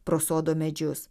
pro sodo medžius